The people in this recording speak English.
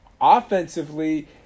Offensively